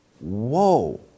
whoa